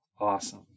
Awesome